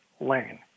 lane